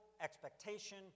expectation